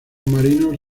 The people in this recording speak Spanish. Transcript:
marinos